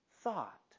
thought